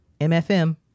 MFM